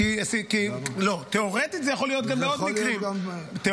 זה יכול להיות גם --- לא.